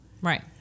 Right